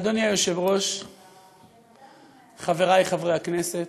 בן אדם, חבל על הזמן.